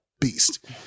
Beast